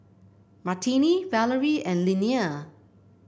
Martine Valerie and Linnea